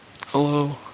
Hello